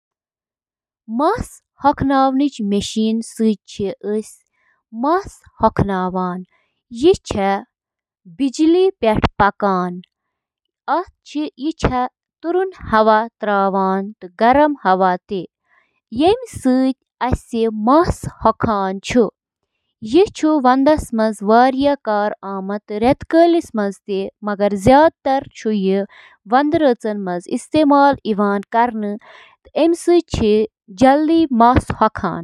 Hair dryer, چُھ اکھ electromechanical آلہ یُس نم مَس پیٹھ محیط یا گرم ہوا چُھ وایان تاکہِ مَس خۄشٕک کرنہٕ خٲطرٕ چُھ آبُک بخارات تیز گژھان۔ ڈرائر چِھ پرتھ سٹرینڈ اندر عارضی ہائیڈروجن بانڈن ہنٛز تشکیل تیز تہٕ کنٹرول کرتھ، مس ہنٛز شکل تہٕ اندازس پیٹھ بہتر کنٹرولس قٲبل بناوان۔